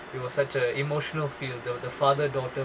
it was such a emotional feel though the father daughter